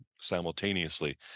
simultaneously